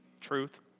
truth